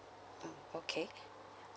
okay